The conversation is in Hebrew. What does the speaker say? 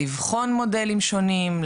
לבחון מודלים שונים,